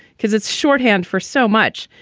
because it's shorthand for so much.